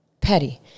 petty